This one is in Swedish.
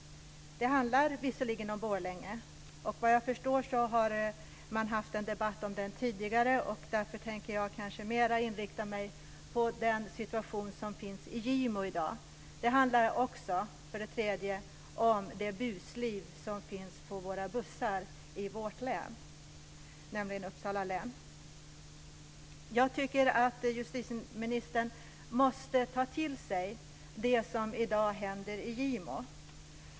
Det handlar visserligen om Borlänge, och vad jag förstår har man haft en debatt om det tidigare, och därför tänker jag mera inrikta mig på den situation som finns i Gimo i dag. Det handlar också om det busliv som finns på bussarna i vårt län, nämligen Jag tycker att justitieministern måste ta till sig det som i dag händer i Gimo.